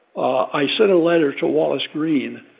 i sent a letter to wallace greene,